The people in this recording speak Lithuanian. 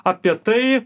apie tai